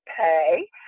pay